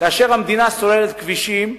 כאשר המדינה סוללת כבישים,